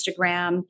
Instagram